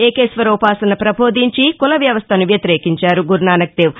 ఏకేశ్వరోపాసనను పబోధించి కుల వ్యవస్టను వ్యతిరేకించారు గురునాసక్ దేవ్